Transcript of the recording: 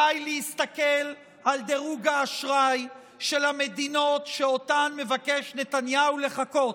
די להסתכל על דירוג האשראי של המדינות שאותן מבקש נתניהו לחקות,